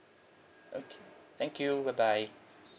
okay thank you bye bye